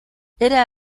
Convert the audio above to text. era